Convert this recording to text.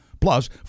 plus